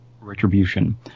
retribution